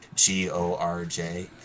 G-O-R-J